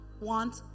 want